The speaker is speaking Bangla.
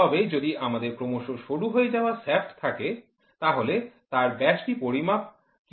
তবে যদি আমাদের ক্রমশ সরু হয়ে যাওয়া শ্যাফ্ট থাকে তাহলে তার ব্যাসটি কিভাবে পরিমাপ করব